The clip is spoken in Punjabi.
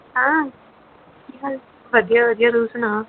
ਹਾਂ ਕੀ ਹਾਲ ਵਧੀਆ ਵਧੀਆ ਤੂੰ ਸੁਣਾ